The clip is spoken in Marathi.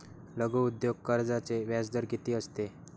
लघु उद्योग कर्जाचे व्याजदर किती असते?